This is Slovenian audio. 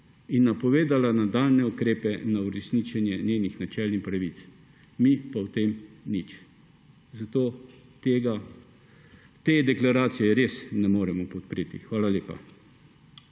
in napovedala nadaljnje ukrepe za uresničenje njenih načel in pravic. Mi pa o tem nič. Zato te deklaracije res ne moremo podpreti. Hvala lepa.